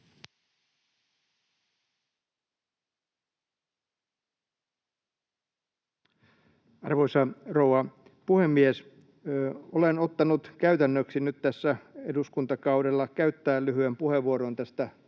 Arvoisa rouva puhemies! Olen ottanut käytännöksi nyt tässä eduskuntakaudella käyttää lyhyen puheenvuoron tästä